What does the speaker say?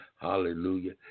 Hallelujah